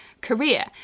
career